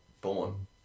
Born